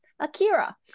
Akira